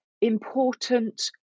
important